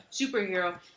Superhero